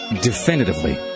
definitively